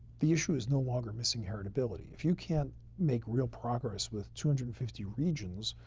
the issue is no longer missing heritability. if you can't make real progress with two hundred and fifty regions,